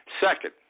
Second